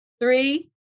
Three